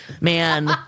Man